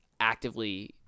actively